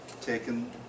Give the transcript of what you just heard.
taken